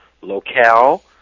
locale